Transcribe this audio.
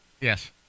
Yes